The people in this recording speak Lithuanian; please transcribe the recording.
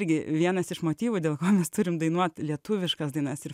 irgi vienas iš motyvų dėl ko mes turim dainuot lietuviškas dainas ir